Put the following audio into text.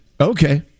Okay